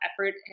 effort